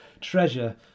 treasure